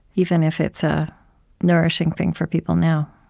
even if it's a nourishing thing for people now